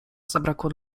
zabrakło